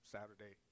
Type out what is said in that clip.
Saturday